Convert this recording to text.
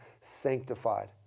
sanctified